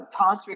tantric